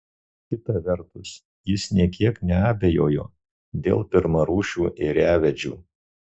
kita vertus jis nė kiek neabejojo dėl pirmarūšių ėriavedžių